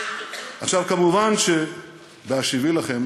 עכשיו, מובן שבהשיבי לכם